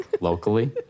locally